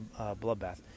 bloodbath